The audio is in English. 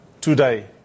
today